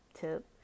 tip